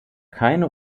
keine